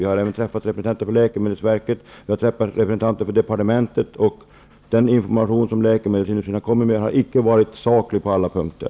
Vi har även träffat representanter för läkemedelsverket och för departementet. Men den information som läkemedelsindustrin har kommit med har icke varit saklig på alla punkter.